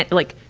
and like,